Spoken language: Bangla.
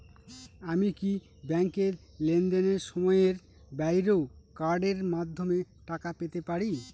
আমি কি ব্যাংকের লেনদেনের সময়ের বাইরেও কার্ডের মাধ্যমে টাকা পেতে পারি?